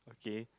okay